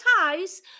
ties